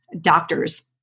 doctors